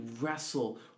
wrestle